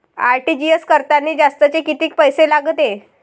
RTGS करतांनी जास्तचे कितीक पैसे लागते?